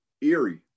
eerie